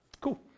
Cool